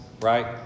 right